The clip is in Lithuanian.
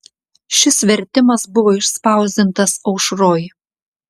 šis vertimas buvo išspausdintas aušroj